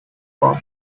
court